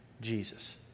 Jesus